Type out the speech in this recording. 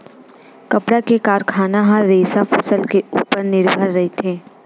कपड़ा के कारखाना ह रेसा फसल के उपर निरभर रहिथे